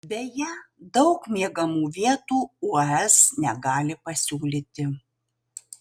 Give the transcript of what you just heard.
beje daug miegamų vietų uaz negali pasiūlyti